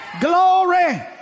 Glory